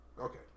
Okay